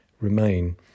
remain